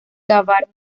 cavar